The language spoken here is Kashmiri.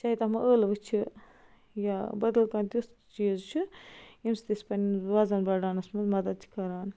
چاہے تَتھ منٛز ٲلوٕ چھِ یا بَدل کانٛہہ تِیُتھ چیٖز چھُ ییٚمہِ سۭتۍ أسۍ پنٕنۍ وَزن بَڑاونَس منٛز مَدد چھِ کَران